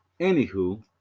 anywho